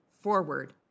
forward